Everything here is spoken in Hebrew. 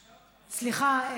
סליחה.